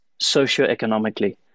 socioeconomically